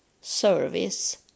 service